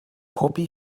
poppy